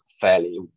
fairly